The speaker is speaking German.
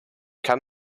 kann